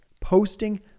posting